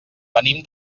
venim